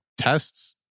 tests